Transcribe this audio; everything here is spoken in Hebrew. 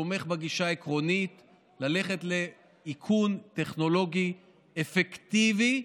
אני תומך בגישה העקרונית ללכת לאיכון טכנולוגי אפקטיבי,